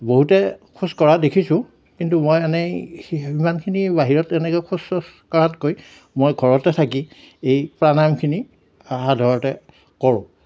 বহুতে খোজ কঢ়া দেখিছোঁ কিন্তু মই এনেই সিমানখিনি বাহিৰত তেনেকৈ খোজ ছোজ কঢ়াতকৈ মই ঘৰতে থাকি এই প্ৰাণায়ামখিনি সাধাৰণতে কৰোঁ